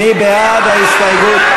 מי בעד ההסתייגות?